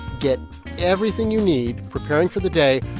get everything you need, preparing for the day,